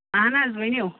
اہَن حظ ؤنِو